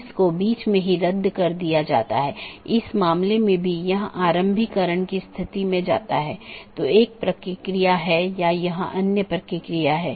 अगर हम पिछले व्याख्यान या उससे पिछले व्याख्यान में देखें तो हमने चर्चा की थी